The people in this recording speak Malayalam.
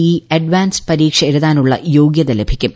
ഇ അഡ്വാൻസ്ഡ് പരീക്ഷ എഴുതാനുള്ള യോഗ്യത ലഭിക്കും